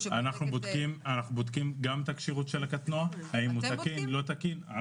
אנחנו בודקים גם את הכשירות של הקטנות אם הוא תקין או לא תקין.